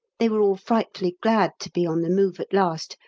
they were all frightfully glad to be on the move at last,